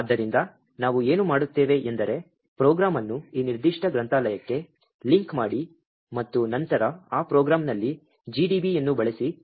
ಆದ್ದರಿಂದ ನಾವು ಏನು ಮಾಡುತ್ತೇವೆ ಎಂದರೆ ಪ್ರೋಗ್ರಾಂ ಅನ್ನು ಈ ನಿರ್ದಿಷ್ಟ ಗ್ರಂಥಾಲಯಕ್ಕೆ ಲಿಂಕ್ ಮಾಡಿ ಮತ್ತು ನಂತರ ಆ ಪ್ರೋಗ್ರಾಂನಲ್ಲಿ GDBಯನ್ನು ಬಳಸಿ